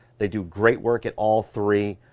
they do great work at all three.